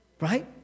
right